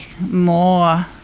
more